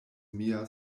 mia